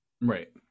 Right